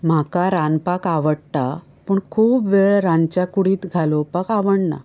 म्हाका रांदपाक आवटडा पूण खूब वेळ रांदच्या कुडींत घालोवपाक आवडना